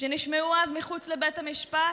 שנשמעו אז מחוץ לבית המשפט?